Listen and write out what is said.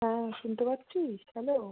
হ্যাঁ শুনতে পাচ্ছিস হ্যালো